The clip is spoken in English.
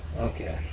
Okay